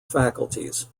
faculties